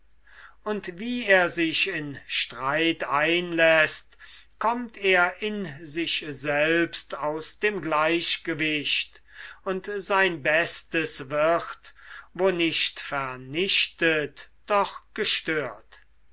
und wie er sich in streit einläßt kommt er in sich selbst aus dem gleichgewicht und sein bestes wird wo nicht vernichtet doch gestört